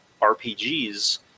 RPGs